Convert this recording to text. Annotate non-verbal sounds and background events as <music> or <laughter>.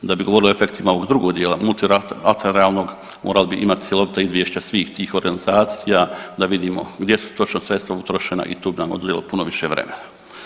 Da bi govorili o efektima ovog drugog dijela … <unintelligible> morali bi imati cjelovita izvješća svih tih organizacija da vidimo gdje su točno sredstva utrošena i to bi nam oduzelo puno više vremena.